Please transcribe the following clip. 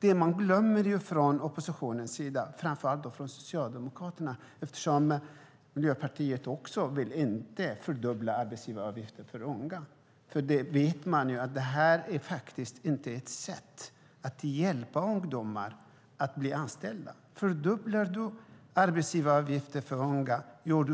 Det man glömmer från oppositionens sida när man vill fördubbla arbetsgivaravgiften för unga - framför allt gäller detta Socialdemokraterna, för Miljöpartiet vill inte göra det - är att det inte är ett sätt att hjälpa ungdomar att bli anställda, för det blir